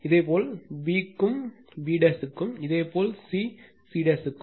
இதேபோல் b க்கும் b க்கும் இதேபோல் c c க்கும்